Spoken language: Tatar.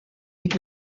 бик